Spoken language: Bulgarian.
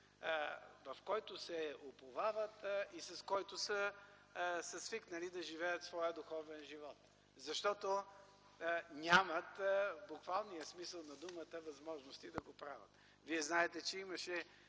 в който се уповават и с който са свикнали да живеят своя духовен живот, защото нямат, в буквалния смисъл на думата, възможности да го правят. Вие знаете, че имаше